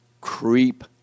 creep